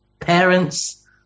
parents